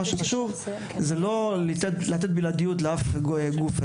מה שחשוב זה לא לתת בלעדיות לאף גוף,